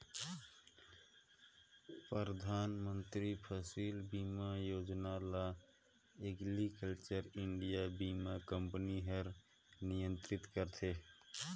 परधानमंतरी फसिल बीमा योजना ल एग्रीकल्चर इंडिया बीमा कंपनी हर नियंत्रित करथे